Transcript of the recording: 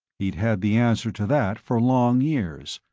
he'd had the answer to that for long years.